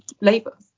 Labour